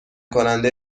کننده